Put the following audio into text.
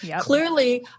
Clearly